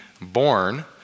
born